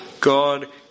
God